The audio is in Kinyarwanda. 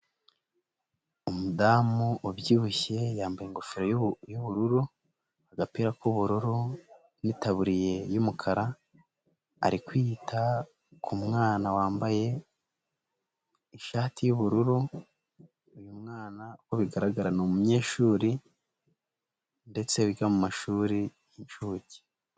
Umudamu ubyibushye yambaye ingofero y'ubururu agapira k'ubururu n'itaburiye y'umukara, ari kwita ku mwana wambaye ishati y'ubururu, uyu mwana uko bigaragara ni umunyeshuri, ndetse wiga mumashuri y'incuke.